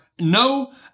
no